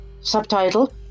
Subtitle